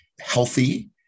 healthy